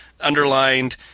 Underlined